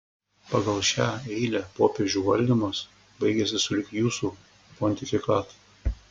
pagal šią eilę popiežių valdymas baigiasi sulig jūsų pontifikatu